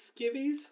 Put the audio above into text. skivvies